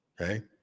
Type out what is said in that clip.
Okay